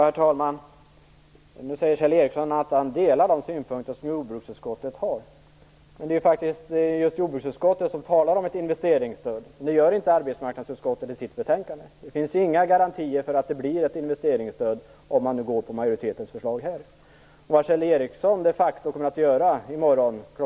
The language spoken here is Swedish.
Herr talman! Kjell Ericsson säger nu att han instämmer i de synpunkter som jordbruksutskottet har framfört. Men det är ju faktiskt jordbruksutskottet som talar om ett investeringsstöd - det gör inte arbetsmarknadsutskottet i sitt betänkande. Det finns inga garantier för att det blir ett investeringsstöd om man går på majoritetens förslag i arbetsmarknadsutskottets betänkande. Vad Kjell Ericsson de facto kommer att göra i morgon kl.